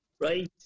right